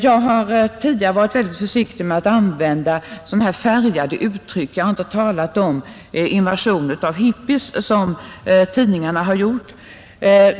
Jag har tidigare varit mycket försiktig med att använda sådana färgade uttryck; jag har t.ex. inte talat om en invasion av hippies, som tidningarna har gjort.